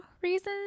reasons